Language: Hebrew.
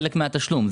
הם חלק מהתשלום,